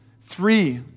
Three